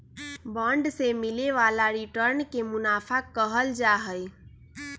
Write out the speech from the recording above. bond से मिले वाला रिटर्न के मुनाफा कहल जाहई